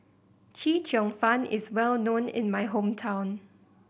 Chee Cheong Fun is well known in my hometown